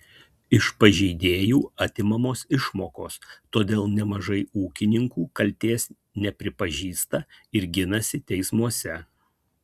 iš pažeidėjų atimamos išmokos todėl nemažai ūkininkų kaltės nepripažįsta ir ginasi teismuose